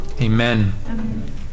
Amen